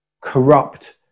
corrupt